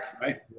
Right